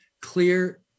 clear